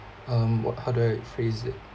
um wh~ how do I phrase it